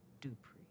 Dupree